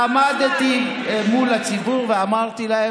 עמדתי מול הציבור ואמרתי להם: